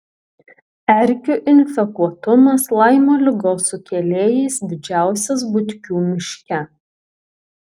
erkių infekuotumas laimo ligos sukėlėjais didžiausias butkių miške